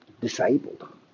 disabled